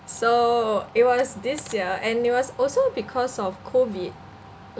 so it was this year and it was also because of COVID